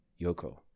Yoko